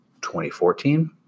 2014